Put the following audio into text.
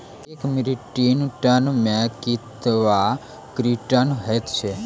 एक metric ton मे कतवा क्वींटल हैत छै?